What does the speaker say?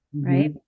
right